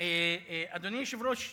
אדוני היושב-ראש,